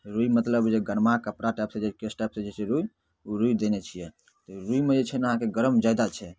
रुइ मतलब जे गरमा कपड़ा टाइपसँ जे टाइपसँ जे छै रुइ ओ रुइ देने छिए तऽ रुइमे जे छै ने अहाँके गरम जादा छै